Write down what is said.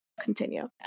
Continue